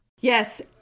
yes